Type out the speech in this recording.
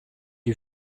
you